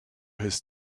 his